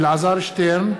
אלעזר שטרן,